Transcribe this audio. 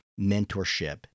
mentorship